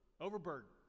overburdened